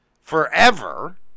forever